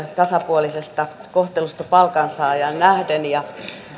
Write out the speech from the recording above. tasapuolisesta kohtelusta palkansaajaan nähden ja